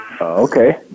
Okay